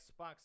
Xbox